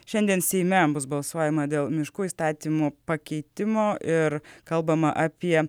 šiandien seime bus balsuojama dėl miškų įstatymo pakeitimo ir kalbama apie